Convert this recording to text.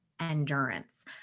endurance